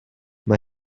mae